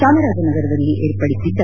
ಚಾಮರಾಜನಗರದಲ್ಲಿ ವಿರ್ಪಡಿಸಿದ್ದ